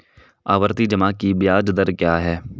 आवर्ती जमा की ब्याज दर क्या है?